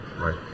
right